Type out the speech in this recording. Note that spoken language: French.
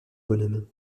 bonhomme